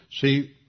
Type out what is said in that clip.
See